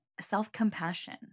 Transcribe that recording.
self-compassion